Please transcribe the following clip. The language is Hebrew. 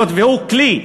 היות שהוא כלי,